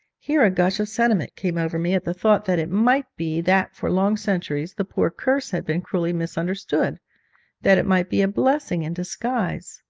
here a gush of sentiment came over me at the thought that it might be that for long centuries the poor curse had been cruelly misunderstood that it might be a blessing in disguise.